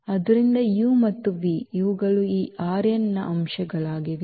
ಆದ್ದರಿಂದ u ಮತ್ತು v ಇವುಗಳು ಈ ನ ಅಂಶಗಳಾಗಿವೆ